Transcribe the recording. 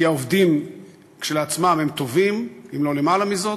כי העובדים כשלעצמם הם טובים אם לא למעלה מזאת,